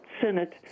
Senate